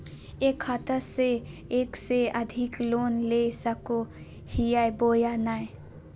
एक खाता से एक से अधिक लोन ले सको हियय बोया नय?